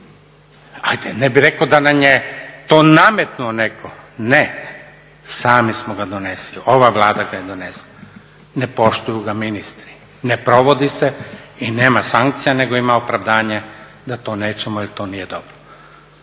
Hajde, ne bih rekao da nam je to nametnuo netko. Ne! Sami smo ga donesli, ova Vlada ga je donesla. Ne poštuju ga ministri, ne provodi se i nema sankcija nego ima opravdanje da to nećemo, jer to nije dobro.